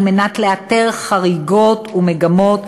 על מנת לאתר חריגות ומגמות,